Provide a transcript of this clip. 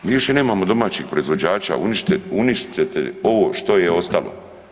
Mi više nemamo domaćih proizvođača, uništit ćete ovo što je ostalo.